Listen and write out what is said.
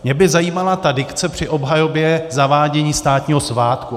Mě by zajímala ta dikce při obhajobě zavádění státního svátku.